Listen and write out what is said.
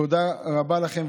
תודה רבה לכם.